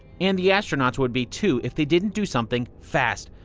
and the astronauts would be, too, if they didn't do something fast.